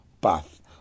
path